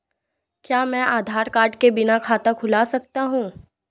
क्या मैं आधार कार्ड के बिना खाता खुला सकता हूं?